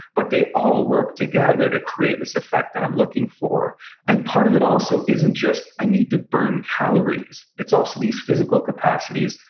but they all work together to create this effect that i'm looking for and part of it, also, isn't just i need to burn calories. it's also these physical capacities,